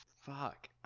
Fuck